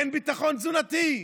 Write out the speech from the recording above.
אין ביטחון תזונתי.